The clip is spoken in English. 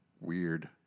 Weird